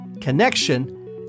connection